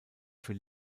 für